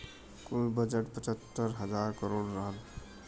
कुल बजट पचहत्तर हज़ार करोड़ रहल